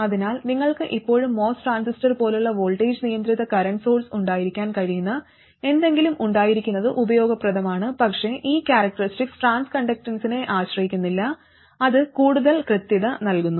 അതിനാൽ നിങ്ങൾക്ക് ഇപ്പോഴും MOS ട്രാൻസിസ്റ്റർ പോലുള്ള വോൾട്ടേജ് നിയന്ത്രിത കറന്റ് സോഴ്സ് ഉണ്ടായിരിക്കാൻ കഴിയുന്ന എന്തെങ്കിലും ഉണ്ടായിരിക്കുന്നത് ഉപയോഗപ്രദമാണ് പക്ഷേ ഈ ക്യാരക്ടറിസ്റ്റിക്സ് ട്രാൻസ് കണ്ടക്ടൻസിനെ ആശ്രയിക്കുന്നില്ല അത് കൂടുതൽ കൃത്യത നൽകുന്നു